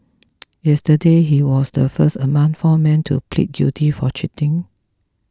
yesterday he was the first among four men to plead guilty for cheating